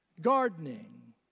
gardening